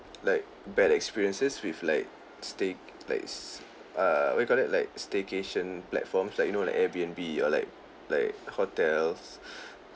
like bad experiences with like stay like s~ err what you call that like staycation platforms like you know like Air_B_N_B or like like hotels